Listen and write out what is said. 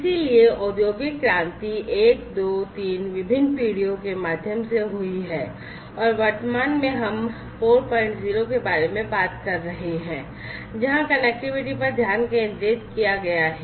इसलिए औद्योगिक क्रांति 1 2 3 विभिन्न पीढ़ियों के माध्यम से हुई है और वर्तमान में हम 40 के बारे में बात कर रहे हैं जहां कनेक्टिविटी पर ध्यान केंद्रित किया गया है